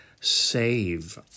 save